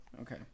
okay